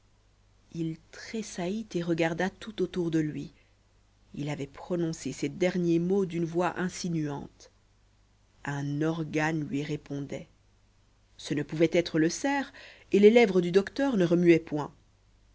il tressaillit et regarda tout autour de lui il avait prononcé ces derniers mots d'une voix insinuante un organe lui répondait ce ne pouvait être le cerf et les lèvres du docteur ne remuaient point